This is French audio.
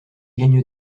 gagne